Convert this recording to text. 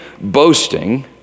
boasting